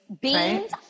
Beans